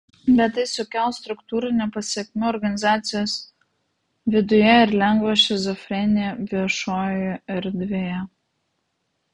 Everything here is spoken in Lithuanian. bet tai sukels struktūrinių pasekmių organizacijos viduje ir lengvą šizofreniją viešojoje erdvėje